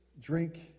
drink